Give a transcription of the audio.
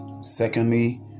Secondly